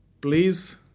Please